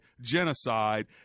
genocide